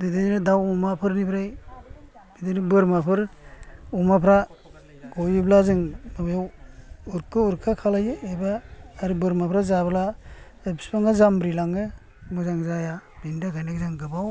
बिदिनो दाव अमाफोरनिफ्राय बिदिनो बोरमाफोर अमाफ्रा गयोब्ला जों बेयाव उरखो उरखा खालामो एबा बोरमाफ्रा जाब्ला बिफाङा जामब्रिलाङो मोजां जाया बेनि थाखायनो जों गोबाव